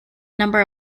number